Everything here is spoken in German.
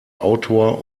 autor